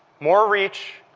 more reach,